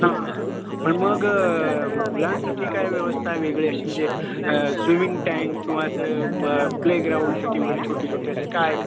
हां हां पण मग मुलांसाठी काही व्यवस्था आहे वेगळी अशी म्हणजे स्विमिंग टँक किंवा असं म प्ले ग्राऊंडसाठी वगैरे छोटी छोटी असं काही आहे का